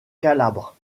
calabre